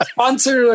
Sponsor